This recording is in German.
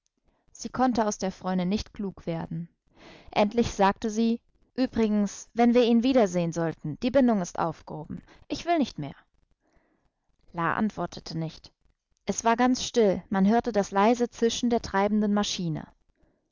sie konnte aus der freundin nicht klug werden endlich sagte sie übrigens wenn wir ihn wiedersehen sollten die bindung ist aufgehoben ich will nicht mehr la antwortete nicht es war ganz still man hörte das leise zischen der treibenden maschine